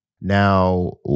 Now